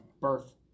birth